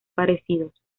parecidos